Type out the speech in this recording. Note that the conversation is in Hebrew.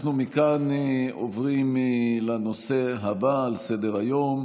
אנחנו עוברים לנושא הבא על סדר-היום,